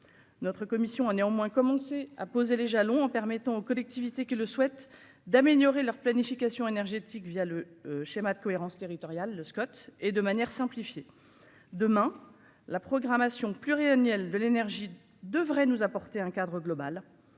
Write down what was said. notre commission a néanmoins commencé à poser les jalons en permettant aux collectivités qui le souhaitent d'améliorer leur planification énergétique via le schéma de cohérence territoriale le Scott et de manière simplifiée demain la programmation pluriannuelle de l'énergie devrait nous apporter un cadre global